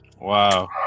Wow